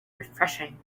refreshing